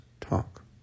Talk